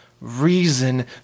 reason